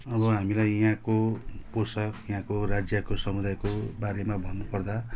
अब हामीलाई यहाँको पोसाक यहाँको राज्यको समुदायको बारेमा भन्नु पर्दा